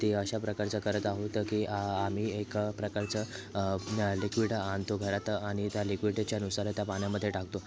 ते अशा प्रकारचा करत आहोत की आम्ही एका प्रकारच्या लिक्विड आणतो घरात आणि त्या लिक्विडच्यानुसार त्या पाण्यामध्ये टाकतो